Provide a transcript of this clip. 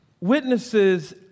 witnesses